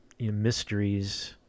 mysteries